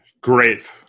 great